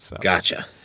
Gotcha